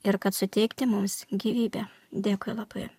ir kad suteikti mums gyvybę dėkui labai